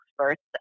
experts